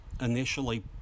initially